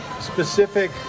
specific